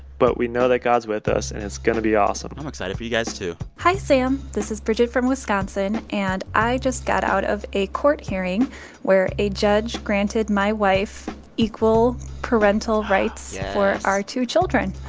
but we know that god's with us, and it's going to be awesome i'm excited for you guys, too hi, sam. this is bridget from wisconsin. and i just got out of a court hearing where a judge granted my wife equal parental rights. yes. for our two children